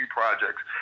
projects